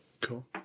cool